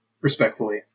respectfully